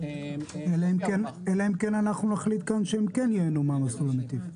אלא אם כן אנחנו נחליט כאן שהם כן ייהנו מהמסלול הזה.